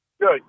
Good